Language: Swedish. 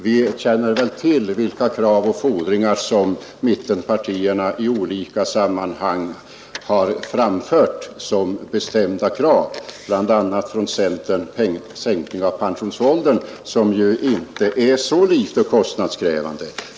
Vi känner till vilka bestämda krav och fordringar som mittenpartierna i olika sammanhang har framfört; centern har ju bl.a. begärt en sänkning av pensionsåldern, som inte är så litet kostnadskrävande.